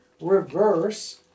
reverse